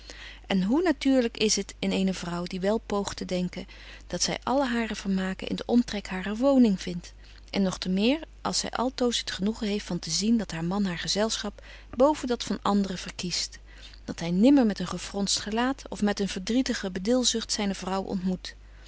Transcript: en hoe natuurlyk is het in eene vrouw die wel poogt te denken dat zy alle hare vermaken in den omtrek harer woning vindt en nog te meer als zy altoos het genoegen heeft van te zien dat haar man haar gezelschap boven dat van anderen verkiest dat hy nimmer met een gefronst gelaat of met een verdrietige bedilzugt zyne vrouw ontmoet